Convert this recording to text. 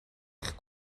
eich